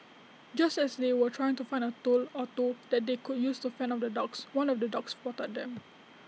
just as they were trying to find A tool or two that they could use to fend off the dogs one of the dogs spotted them